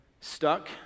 stuck